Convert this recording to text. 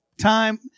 time